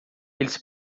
eles